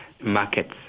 markets